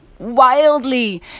Wildly